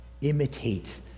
Imitate